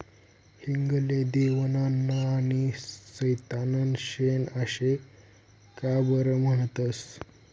हिंग ले देवनं अन्न आनी सैताननं शेन आशे का बरं म्हनतंस?